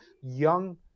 young